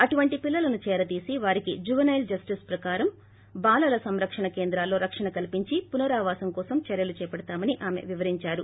అటువంటి పిల్లలను చేరదీసి వారికి జువైనల్ జస్టిస్ చట్టం ప్రకారం బాలల సంరక్షణ కేంద్రాల్లో రక్షణ కల్సించి పునరావాసం కోసం చర్యలు చేపడతమని ఆమె వివరించారు